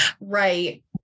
Right